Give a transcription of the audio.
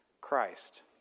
Christ